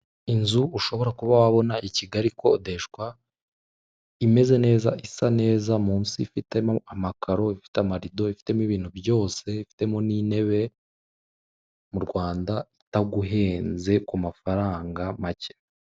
Inzu ushobora kuba wabona i Kigali ikodeshwa, imeze neza isa neza munsi ifitemo amakaro, ifite amarido, ifitemo ibintu byose, ifitemo n'intebe, mu Rwanda itaguhenze ku mafaranga make.